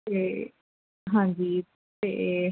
ਤੇ ਹਾਂਜੀ ਤੇ